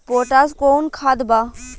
Potash कोउन खाद बा?